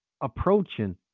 approaching